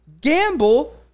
gamble